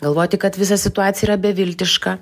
galvoti kad visa situacija yra beviltiška